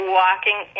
walking